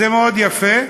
זה מאוד יפה.